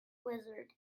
blizzard